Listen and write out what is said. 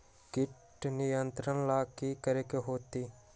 किट नियंत्रण ला कि करे के होतइ?